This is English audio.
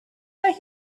that